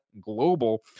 global